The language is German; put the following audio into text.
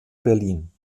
berlin